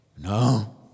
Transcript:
No